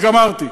אני גמרתי.